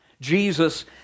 Jesus